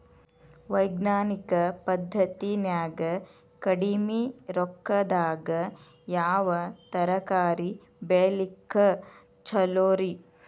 ವೈಜ್ಞಾನಿಕ ಪದ್ಧತಿನ್ಯಾಗ ಕಡಿಮಿ ರೊಕ್ಕದಾಗಾ ಯಾವ ತರಕಾರಿ ಬೆಳಿಲಿಕ್ಕ ಛಲೋರಿ?